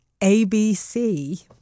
ABC